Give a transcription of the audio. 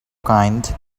kind